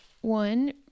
one